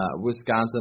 Wisconsin